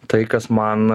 tai kas man